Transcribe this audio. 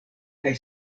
kaj